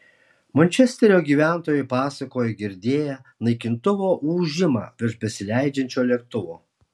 mančesterio gyventojai pasakoja girdėję naikintuvo ūžimą virš besileidžiančio lėktuvo